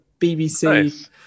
BBC